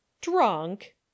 drunk